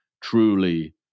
truly